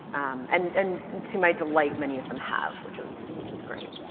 and and to my delight, many of them have which is, which is great.